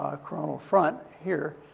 chronal front here.